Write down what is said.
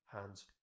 hands